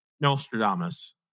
Nostradamus